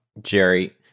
Jerry